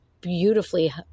beautifully